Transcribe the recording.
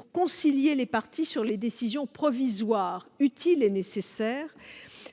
pour concilier les parties sur les décisions provisoires utiles et nécessaires